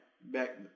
Back